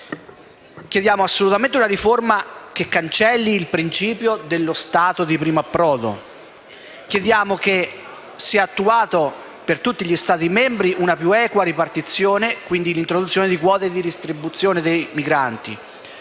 Chiediamo assolutamente una riforma che cancelli il principio dello Stato di primo approdo; chiediamo che sia attuata per tutti gli Stati membri una più equa ripartizione, quindi l'introduzione di quote di distribuzione dei migranti;